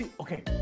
okay